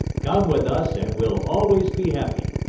come with us and we'll always be happy,